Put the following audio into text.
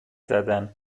زدن